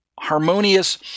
harmonious